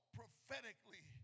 prophetically